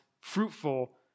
fruitful